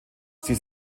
sie